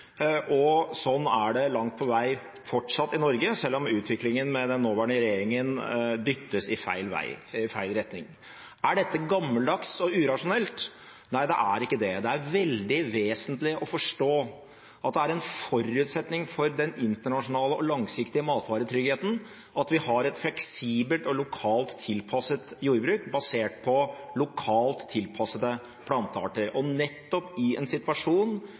Sånn er det langt på vei fortsatt i Norge, selv om utviklingen med den nåværende regjeringen dyttes i feil retning. Er dette gammeldags og urasjonelt? Nei, det er ikke det. Det er veldig vesentlig å forstå at det er en forutsetning for den internasjonale og langsiktige matvaretryggheten at vi har et fleksibelt og lokalt tilpasset jordbruk, basert på lokalt tilpassede plantearter. Og nettopp i en situasjon